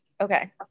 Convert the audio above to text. Okay